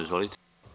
Izvolite.